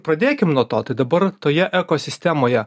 pradėkim nuo to tai dabar toje ekosistemoje